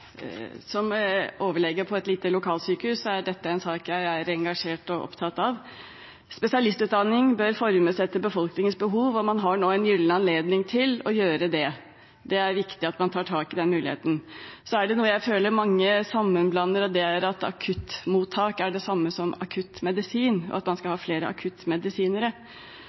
dette en sak jeg er engasjert i og opptatt av. Spesialistutdanning bør formes etter befolkningens behov, og man har nå en gyllen anledning til å gjøre det. Det er viktig at man tar tak i den muligheten. Så er det noe jeg føler mange blander sammen – at akuttmottak er det samme som akuttmedisin, og at man skal ha flere akuttmedisinere.